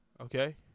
Okay